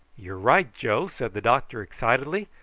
you're right, joe, said the doctor excitedly.